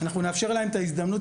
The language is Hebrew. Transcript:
אנחנו נאפשר להם את ההזדמנות,